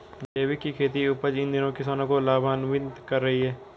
जैविक खेती की उपज इन दिनों किसानों को लाभान्वित कर रही है